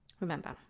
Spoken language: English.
Remember